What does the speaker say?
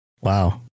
wow